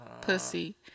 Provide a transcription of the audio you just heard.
Pussy